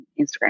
Instagram